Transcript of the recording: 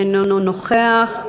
אינו נוכח.